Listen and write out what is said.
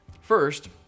First